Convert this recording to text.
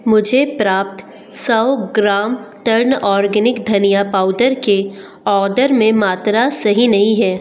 मुझे प्राप्त सौ ग्राम टर्न ऑर्गेनिक धनिया पाउदर के ऑदर में मात्रा सही नहीं है